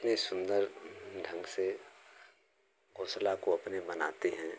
इतने सुन्दर ढंग से घोंसला को अपने बनाती हैं